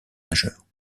nageurs